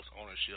ownership